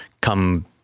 Come